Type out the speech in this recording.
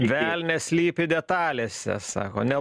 velnias slypi detalėse sako ne